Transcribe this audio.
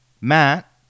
Matt